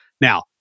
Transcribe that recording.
Now